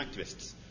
activists